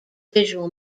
visual